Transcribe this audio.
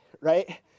right